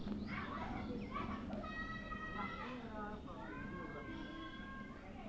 Loan পেতে গেলে গ্রাহকের কি প্রয়োজন?